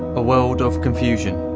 a world of confusion.